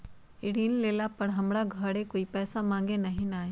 ऋण लेला पर हमरा घरे कोई पैसा मांगे नहीं न आई?